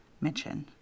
mention